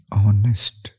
honest